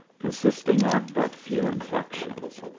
consisting of but few inflexions.